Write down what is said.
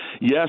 Yes